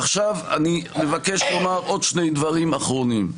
אני מבקש לומר עוד שני דברים אחרונים.